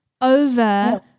over